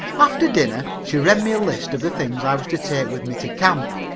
after dinner she read me a list of the things i was to take with me to camp,